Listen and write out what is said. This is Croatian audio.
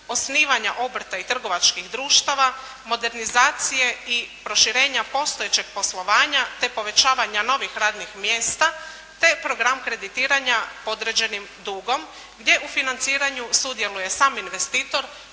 osnivanja obrta i trgovačkih društava, modernizacije i proširenja postojećeg poslovanja te povećavanja novih radnih mjesta te program kreditiranja određenim dugom gdje u financiranju sudjeluje sam investitor,